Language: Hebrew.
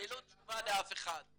ללא תשובה לאף אחד.